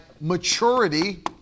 maturity